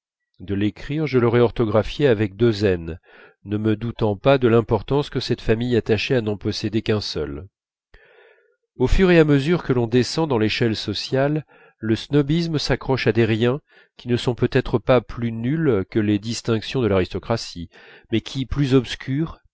de l'écrire je l'aurais orthographié avec deux n ne me doutant pas de l'importance que cette famille attachait à n'en posséder qu'un seul au fur et à mesure que l'on descend dans l'échelle sociale le snobisme s'accroche à des riens qui ne sont peut-être pas plus nuls que les distinctions de l'aristocratie mais qui plus obscurs